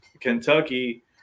Kentucky